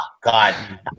God